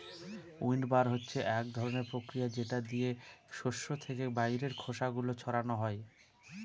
উইন্ডবার হচ্ছে এক ধরনের প্রক্রিয়া যেটা দিয়ে শস্য থেকে বাইরের খোসা গুলো ছাড়ানো হয়